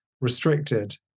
restricted